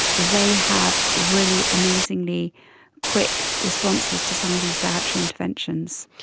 they have really amazingly quick responses to some of these dietary interventions.